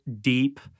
deep